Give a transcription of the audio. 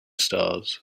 stars